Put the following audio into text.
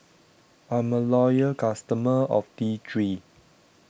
I'm a loyal customer of T three